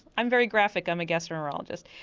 i'm very graphic, i'm a gastroenterologist.